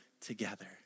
together